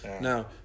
Now